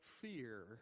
fear